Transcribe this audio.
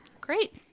Great